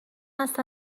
اصلا